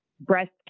breast